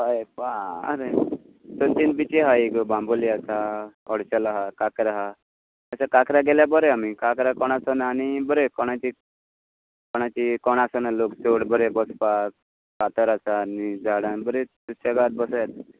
हय दोन तीन बिची हा ही पळय बांबोळी आसा ऑडशेल हा काक्रा हा काक्रा गेल्यार बोरें आमी कोण आसना आनी बरें कोणाची कोणाची कोण आसना लोक चड बरें बसपाक फातर आसा आनी झाडां आनी बरें सुशेगाद बसोया